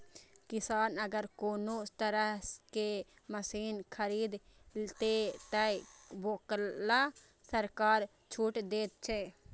किसान अगर कोनो तरह के मशीन खरीद ते तय वोकरा सरकार छूट दे छे?